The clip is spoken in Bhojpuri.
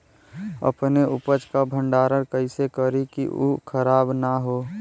अपने उपज क भंडारन कइसे करीं कि उ खराब न हो?